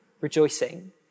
Rejoicing